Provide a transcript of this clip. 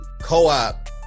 co-op